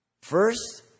First